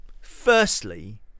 firstly